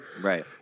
Right